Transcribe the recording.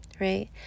Right